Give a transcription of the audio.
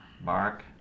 Mark